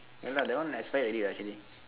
ya lah that one expired already [what] actually